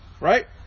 right